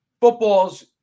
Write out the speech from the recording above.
football's